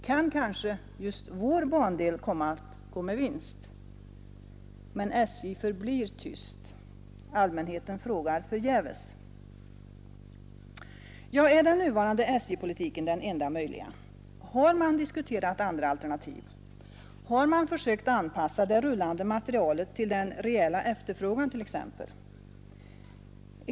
Kan kanske just vår bandel komma att gå med vinst? Men SJ förblir tyst — allmänheten frågar förgäves. Ja, är den nuvarande SJ-politiken den enda möjliga? Har man diskuterat andra alternativ? Har man t.ex. försökt anpassa den rullande materielen till den reella efterfrågan?